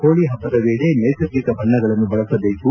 ಹೋಳಿ ಹಬ್ಬದ ವೇಳೆ ನೈಸರ್ಗಿಕ ಬಣ್ಣಗಳನ್ನು ಬಳಸಬೇಕು